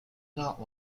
not